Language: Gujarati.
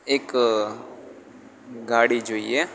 એક ગાડી જોઈએ